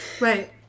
Right